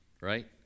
right